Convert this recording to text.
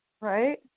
Right